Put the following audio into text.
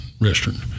restaurant